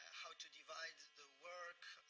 how to divide the work,